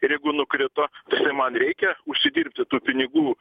ir jeigu nukrito tai man reikia užsidirbti tų pinigų